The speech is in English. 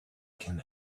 can